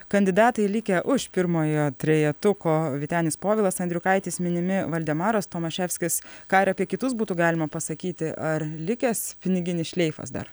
kandidatai likę už pirmojo trejetuko vytenis povilas andriukaitis minimi valdemaras tomaševskis ką ir apie kitus būtų galima pasakyti ar likęs piniginis šleifas dar